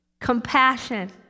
Compassion